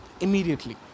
immediately